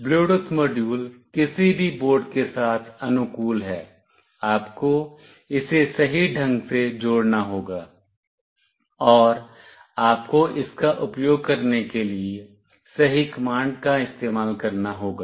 Bluetooth module किसी भी board के साथ अनुकूल है आपको इसे सही ढंग से जोड़ना होगा और आपको इसका उपयोग करने के लिए सही कमांड का इस्तेमाल करना होगा